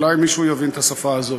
אולי מישהו יבין את השפה הזאת.